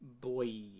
Boy